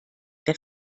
der